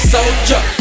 Soldier